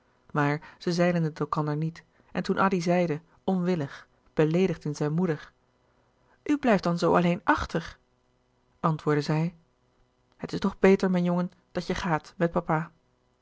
maar zij zeiden het elkander niet en toen addy zeide onwillig beleedigd in zijn moeder u blijft dan zoo alleen achter antwoordde zij het is toch beter mijn jongen dat je gaat met papa